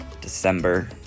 December